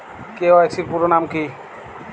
KYC এর পুরোনাম কী?